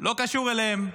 לא קשור אליהם.